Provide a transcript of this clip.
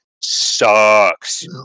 sucks